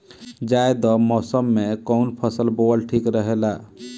जायद मौसम में कउन फसल बोअल ठीक रहेला?